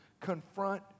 Confront